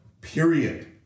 period